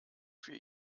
für